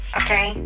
okay